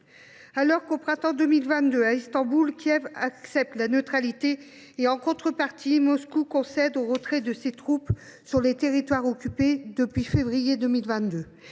Alors que, au printemps 2022, à Istanbul, Kiev accepte la neutralité et que, en contrepartie, Moscou concède un retrait de ses troupes des territoires occupés depuis février 2022,